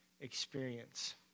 experience